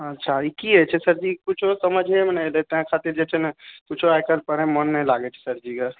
अच्छा ई की होइ छै सर जी कुछ समझेमे नहि एलै तैं खातिर जे छै ने कुछो आइ काल्हि पढ़ैमे मोन नहि लागै छै सर जी